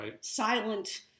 silent